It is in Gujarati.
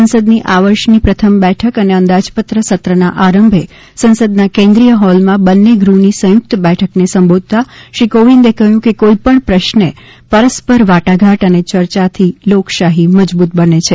સંસદની આ વર્ષની પ્રથમ બેઠક અને અંદાજપત્ર સત્રના આરંભે સંસદના કેન્દ્રીય હોલમાં બંન્ને ગૃહની સંયુક્ત બેઠકને સંબોધતા શ્રી કોવિંદે ક્હ્યું કે કોઈપણ પ્રશ્રે પરસ્પર વાટાધાટ અને ચર્ચાથી લોકશાહી મજબૂત બને છે